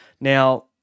Now